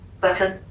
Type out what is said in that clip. Button